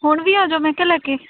ਹੁਣ ਵੀ ਆ ਜਾਓ ਮੈਂ ਕਿਹਾ ਲੈ ਕੇ